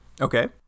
Okay